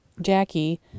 Jackie